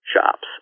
shops